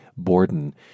Borden